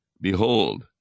Behold